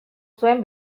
zuen